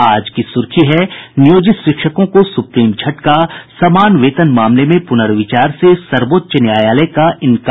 आज की सुर्खी है नियोजित शिक्षकों को सुप्रीम झटका समान वेतन मामले में पुनर्विचार से सर्वोच्च न्यायालय का इंकार